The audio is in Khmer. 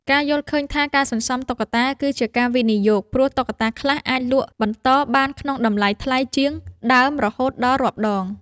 ការយល់ឃើញថាការសន្សំតុក្កតាគឺជា ការវិនិយោគ ព្រោះតុក្កតាខ្លះអាចលក់បន្តបានក្នុងតម្លៃថ្លៃជាងដើមរហូតដល់រាប់ដង។